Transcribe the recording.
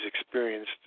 experienced